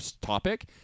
topic